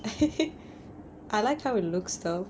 I like how it looks though